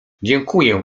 dziękuję